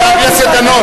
חבר הכנסת דנון.